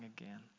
again